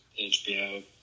HBO